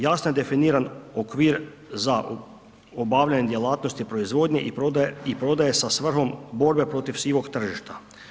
Jasno je definiran okvir za obavljanje djelatnosti proizvodnje i prodaje sa svrhom borbe protiv sivog tržišta.